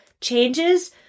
changes